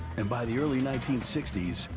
and by the early nineteen sixty s,